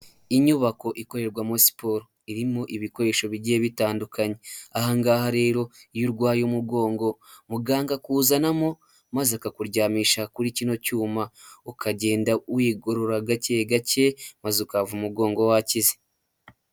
Inyubako ikorerwamo siporo, irimo ibikoresho bigiye bitandukanye, ahangaha rero iyo urwaye umugongo, muganga akuzanamo maze akakuryamisha kuri kino cyuma, ukagenda wigorora gake gake maze ukahava umugongo wakize.